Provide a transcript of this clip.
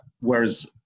Whereas